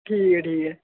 ठीक ऐ ठीक ऐ